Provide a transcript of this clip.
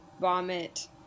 vomit